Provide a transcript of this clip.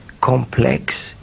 complex